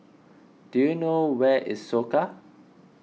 do you know where is Soka